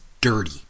dirty